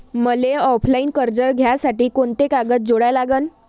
मले ऑफलाईन कर्ज घ्यासाठी कोंते कागद जोडा लागन?